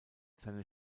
seine